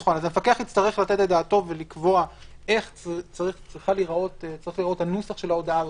המפקח יצטרך לתת את דעתו ולקבוע איך צריך להיראות נוסח ההודעה הזו,